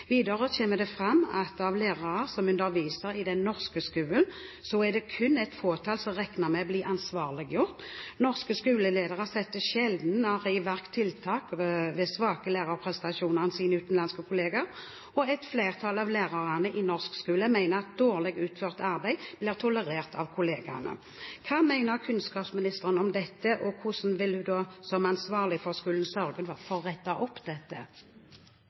Videre kommer det fram at av lærere som underviser i den norske skolen, er det kun et fåtall som regner med å bli ansvarliggjort. Norske skoleledere setter sjeldnere i verk tiltak ved svake lærerprestasjoner enn sine utenlandske kollegaer, og et flertall av lærerne i norsk skole mener at dårlig utført arbeid blir tolerert av kollegaene. Hva mener kunnskapsministeren om dette, og hvordan vil hun som ansvarlig for skolen sørge for å rette opp dette?